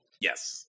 yes